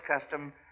custom